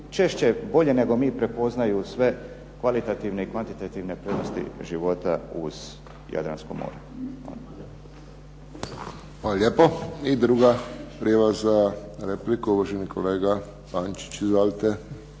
češće bolje nego mi prepoznaju sve kvalitativne i kvantitativne prednosti života uz Jadransko more.